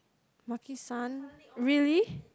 maki-san really